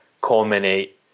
culminate